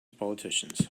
politicians